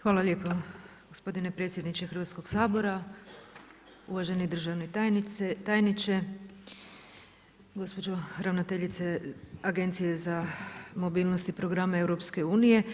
Hvala lijepo gospodine predsjedniče Hrvatskog sabora, uvaženi državni tajniče, gospođo ravnateljice Agencije za mobilnost i programe Europske unije.